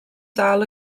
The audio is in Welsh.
ddal